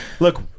Look